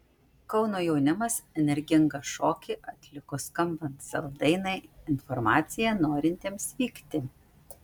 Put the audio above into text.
kauno jaunimas energingą šokį atliko skambant sel dainai informacija norintiems vykti